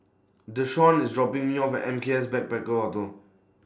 Deshaun IS dropping Me off M K S Backpackers Hotel